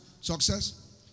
success